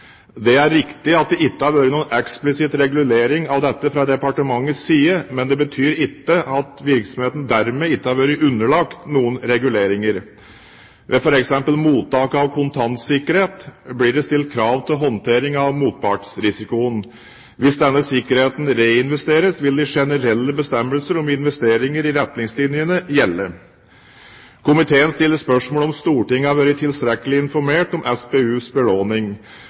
Det er riktig at det ikke har vært noen eksplisitt regulering av dette fra departementets side, men det betyr ikke at virksomheten dermed ikke har vært underlagt noen reguleringer. Ved f.eks. mottak av kontantsikkerhet blir det stilt krav til håndtering av motpartsrisikoen. Hvis denne sikkerheten reinvesteres, vil de generelle bestemmelser om investeringer i retningslinjene gjelde. Komiteen stiller spørsmål om Stortinget har vært tilstrekkelig informert om SPUs belåning.